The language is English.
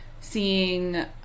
seeing